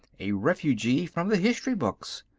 a refugee from the history books.